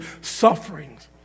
sufferings